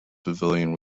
pavilion